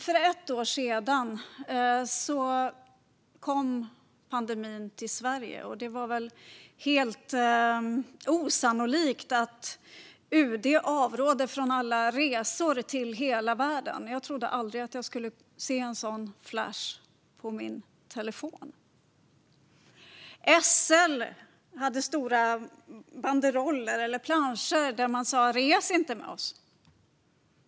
För ett år sedan kom pandemin till Sverige. Det kändes helt osannolikt att UD skulle avråda från alla resor till hela världen; jag trodde aldrig att jag skulle se en sådan flash på min telefon. SL hade stora planscher där det stod "Res inte med oss".